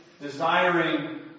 desiring